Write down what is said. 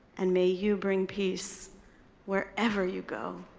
and may you bring peace wherever you go.